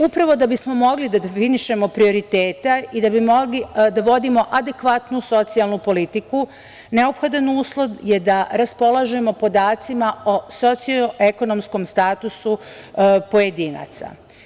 Upravo da bismo mogli da definišemo prioritete i da bi mogli da vodimo adekvatnu socijalnu politiku, neophodan uslov je da raspolažemo podacima o sociekonomskom statusu pojedinaca.